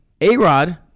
A-Rod